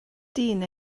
dyn